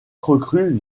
recrues